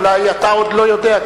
אולי אתה עוד לא יודע,